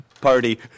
Party